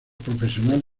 profesional